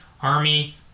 army